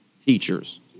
Teachers